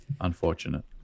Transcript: unfortunate